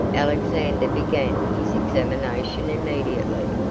alexander began his examination immediately.